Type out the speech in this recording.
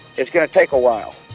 it's going to take a while.